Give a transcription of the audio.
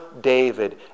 David